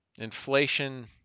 Inflation